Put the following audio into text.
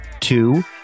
Two